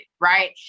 right